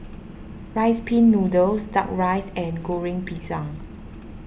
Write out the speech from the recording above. Rice Pin Noodles Duck Rice and Goreng Pisang